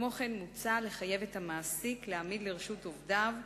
כמו כן מוצע לחייב את המעסיק להעמיד לרשות עובדיו,